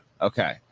Okay